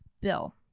bill